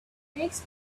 next